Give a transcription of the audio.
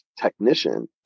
technician